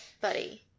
buddy